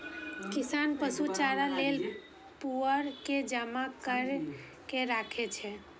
किसान पशु चारा लेल पुआर के जमा कैर के राखै छै